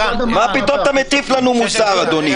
מה פתאום אתה מטיף לנו מוסר, אדוני?